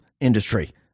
industry